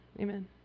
Amen